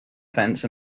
fence